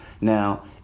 Now